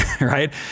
right